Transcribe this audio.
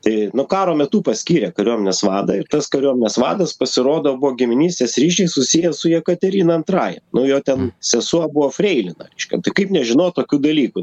tai nu karo metu paskyrė kariuomenės vadą ir tas kariuomenės vadas pasirodo buvo giminystės ryšiais susijęs su jekaterina antrąja nu jo ten sesuo buvo freilina reiškia tai kaip nežinot tokių dalykų